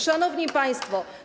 Szanowni Państwo!